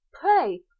pray